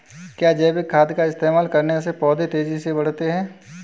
क्या जैविक खाद का इस्तेमाल करने से पौधे तेजी से बढ़ते हैं?